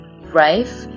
rife